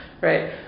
right